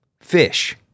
fish